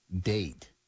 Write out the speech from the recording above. date